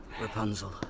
Rapunzel